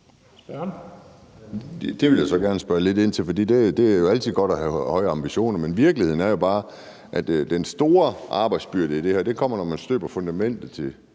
Det vil jeg så gerne spørge lidt ind til. For det er altid godt at have høje ambitioner, men virkeligheden er jo bare, at den store arbejdsbyrde i det her kommer, når man støber fundamentet til